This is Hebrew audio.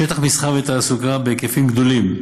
שטח מסחר ותעסוקה בהיקפים גדולים,